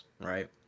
Right